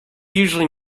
usually